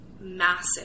massive